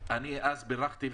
אני בירכתי אז,